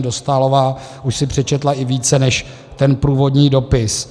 Dostálová už si přečetla i více než ten průvodní dopis.